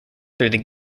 through